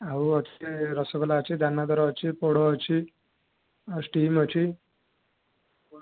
ଆଉ ଅଛି ରସଗୋଲା ଅଛି ଦାନାଦର ଅଛି ପୋଡ଼ ଅଛି ଆଉ ଷ୍ଟିମ ଅଛି